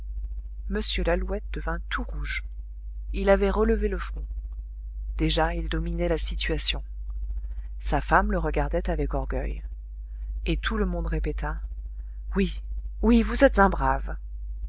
m lalouette devint tout rouge il avait relevé le front déjà il dominait la situation sa femme le regardait avec orgueil et tout le monde répéta oui oui vous êtes un brave